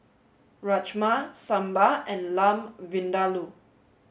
Rajma Sambar and Lamb Vindaloo